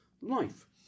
life